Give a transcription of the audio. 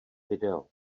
video